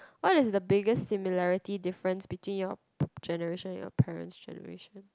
what is the biggest similarity difference between your generation your parent's generation